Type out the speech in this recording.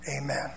Amen